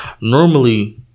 Normally